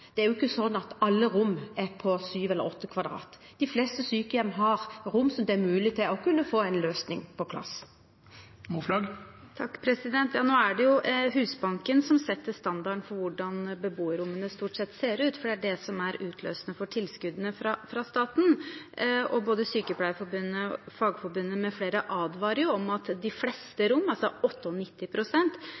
Det er jo ikke slik at alle rom er på 7 eller 8 m 2 ; de fleste sykehjem har rom som gjør det mulig å kunne få en løsning på plass. Nå er det Husbanken som setter standarden for hvordan beboerrommene stort sett ser ut, for det er det som er utløsende for tilskuddene fra staten, og både Sykepleierforbundet og Fagforbundet m.fl. advarer jo om at de fleste rom, altså